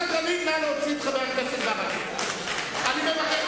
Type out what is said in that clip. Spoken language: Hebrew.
אני צעקתי